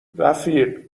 رفیق